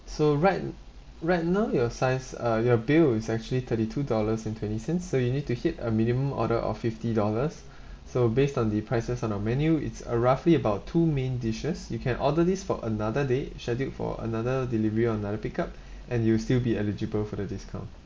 so right mm right now your size uh your bill is actually thirty two dollars and twenty cent so you need to hit a minimum order of fifty dollars so based on the prices on our menu it's uh roughly about two main dishes you can order this for another day scheduled for another delivery or another pick up and you'll still be eligible for the discount